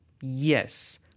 Yes